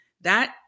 that-